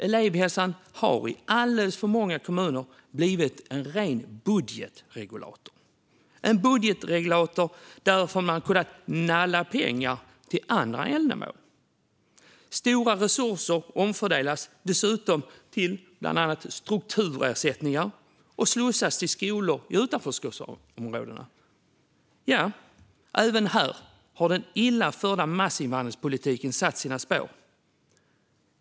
Elevhälsan har i alldeles för många kommuner blivit en ren budgetregulator, varifrån man kunnat "nalla" pengar till andra ändamål. Stora resurser omfördelas dessutom till bland annat strukturersättningar och slussas till skolor i utanförskapsområden. Även här har den illa förda massinvandringspolitiken satt sina spår.